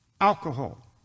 alcohol